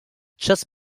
just